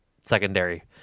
secondary